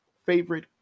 Favorite